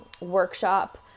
workshop